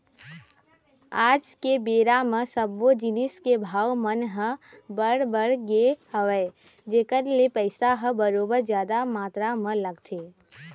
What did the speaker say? आज के बेरा म सब्बो जिनिस के भाव मन ह बड़ बढ़ गे हवय जेखर ले पइसा ह बरोबर जादा मातरा म लगथे